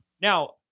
Now